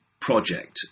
project